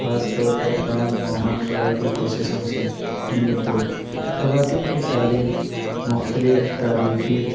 خاص طور پر رام موہن رائے کی کوششوں سے نمبر دو خواتین کی تعلیم مختلف تاریخی